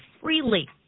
freely